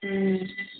ಹ್ಞೂ